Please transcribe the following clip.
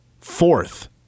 fourth